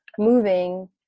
Moving